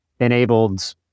enabled